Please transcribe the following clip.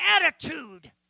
attitude